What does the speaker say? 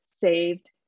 saved